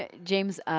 ah james,